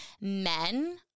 Men